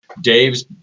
dave's